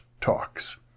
talks